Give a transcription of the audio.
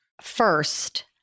First